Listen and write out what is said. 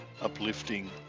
uplifting